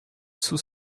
sous